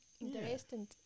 Interesting